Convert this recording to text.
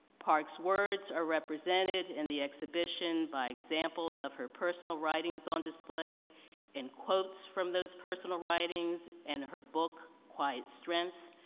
parks' words are represented in the exhibition by examples of her personal writings on display and quotes from those personal writings and her book quiet strength,